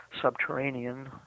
subterranean